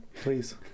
Please